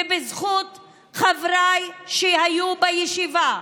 ובזכות חבריי שהיו בישיבה,